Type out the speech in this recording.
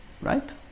right